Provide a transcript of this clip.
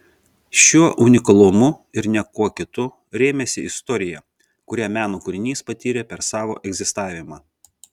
šiuo unikalumu ir ne kuo kitu rėmėsi istorija kurią meno kūrinys patyrė per savo egzistavimą